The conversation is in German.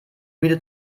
müde